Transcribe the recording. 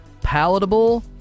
palatable